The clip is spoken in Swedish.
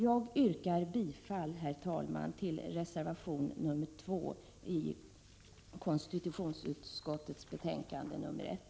Jag yrkar bifall till reservation nr 2 vid konstitutionsutskottets betänkande nr 1.